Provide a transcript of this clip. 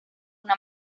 una